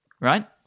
Right